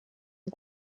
and